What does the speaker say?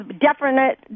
different